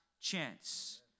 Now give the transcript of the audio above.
chance